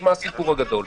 אז מה הסיפור הגדול?